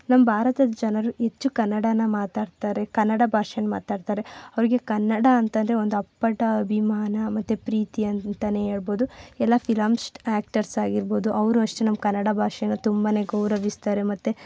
ನಮ್ಮ ಭಾರತದ ಜನರು ಹೆಚ್ಚು ಕನ್ನಡನ್ನ ಮಾತಾಡ್ತಾರೆ ಕನ್ನಡ ಭಾಷೆನ್ನು ಮಾತಾಡ್ತಾರೆ ಅವರಿಗೆ ಕನ್ನಡ ಅಂತಂದ್ರೆ ಒಂದು ಅಪ್ಪಟ ಅಭಿಮಾನ ಮತ್ತು ಪ್ರೀತಿ ಅಂತೆಯೇ ಹೇಳ್ಬೋದು ಎಲ್ಲ ಫಿಲಮ್ ಶ್ಟ್ ಆ್ಯಕ್ಟರ್ಸ್ ಆಗಿರಬೋದು ಅವರು ಅಷ್ಟೇ ನಮ್ಮ ಕನ್ನಡ ಭಾಷೆನ್ನ ತುಂಬವೇ ಗೌರವಿಸ್ತಾರೆ ಮತ್ತು